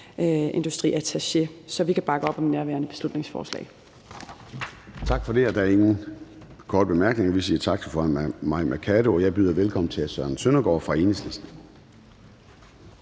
forsvarsindustriattaché. Så vi kan bakke op om nærværende beslutningsforslag.